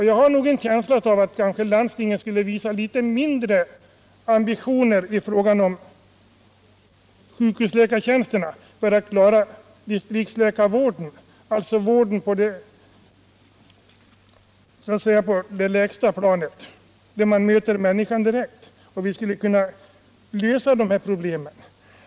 Jag har en känsla av att landstingen kanske borde visa litet mindre ambitioner i fråga om sjukhusläkartjänsterna för att klara distriktsläkarvården, alltså vården på det så att säga lägsta planet, där man möter människan direkt, och då skulle vi kunna lösa dessa problem.